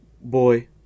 Boy